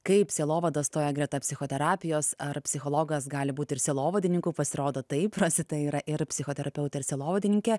kaip sielovada stoja greta psichoterapijos ar psichologas gali būti ir sielovadininku pasirodo taip rosita yra ir psichoterapeutė ir sielovadininkė